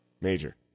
Major